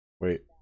Wait